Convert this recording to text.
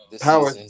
Power